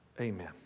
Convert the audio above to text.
Amen